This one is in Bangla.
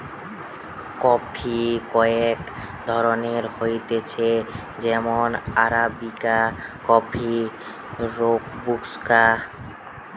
কফি কয়েক ধরণের হতিছে যেমন আরাবিকা কফি, রোবুস্তা